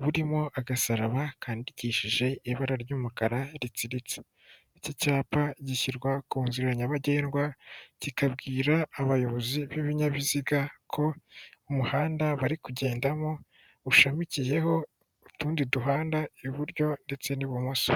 burimo agasaraba kandikishije ibara ry'umukara ritsiritse. Iki cyapa gishyirwa ku nzira nyabagendwa, kikabwira abayobozi b'ibinyabiziga ko, umuhanda bari kugendamo ushamikiyeho utundi duhanda iburyo ndetse n'ibumoso.